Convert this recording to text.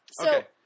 Okay